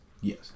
Yes